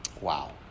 Wow